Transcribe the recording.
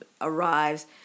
arrives